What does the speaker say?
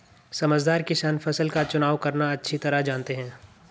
समझदार किसान फसल का चुनाव करना अच्छी तरह जानते हैं